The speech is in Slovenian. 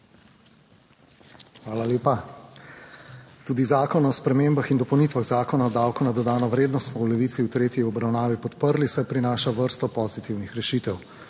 Hvala lepa. Tudi Zakon o spremembah in dopolnitvah Zakona o davku na dodano vrednost smo v Levici v tretji obravnavi podprli, saj prinaša vrsto pozitivnih rešitev.